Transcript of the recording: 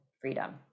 freedom